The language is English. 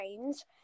trains